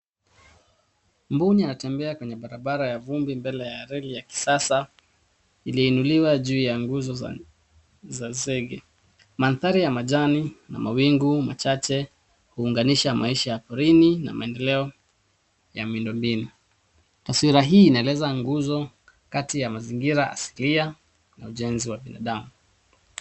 Mbuni anatembea kwenye barabara ya vumbi mbele ya reli ya kisasa iliyoinuliwa juu ya nguzo za zege. Mandhari ya majani na mawingu machache huunganisha maisha ya porini na maendeleo ya miundo mbinu. Taswira hii inaeleza nguzo kati ya mazingira asilia na ujenzi wa binadamu.